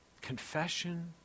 Confession